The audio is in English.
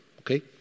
Okay